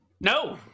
No